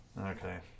Okay